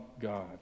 God